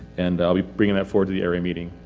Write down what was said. and i'll be bringing that forward to the area meeting,